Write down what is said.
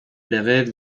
legeek